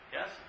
Yes